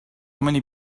many